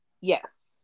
yes